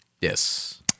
Yes